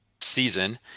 season